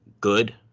good